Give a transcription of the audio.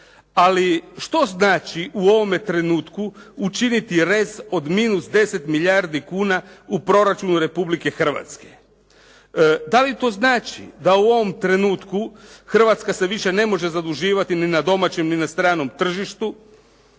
ali što znači u ovome trenutku učiniti rez od minus 10 milijardi kuna u proračunu Republike Hrvatske. Da li to znači da u ovom trenutku Hrvatska se više ne može zaduživati ni na domaćem ni na stranom tržištu,